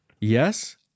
Yes